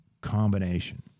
combination